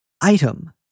item